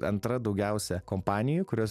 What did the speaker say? antra daugiausiai kompanijų kurios